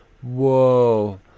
Whoa